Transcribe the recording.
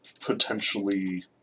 potentially